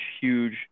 huge